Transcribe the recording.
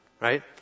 Right